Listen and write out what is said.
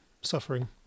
suffering